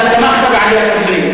אתה תמכת בעליית מחירים,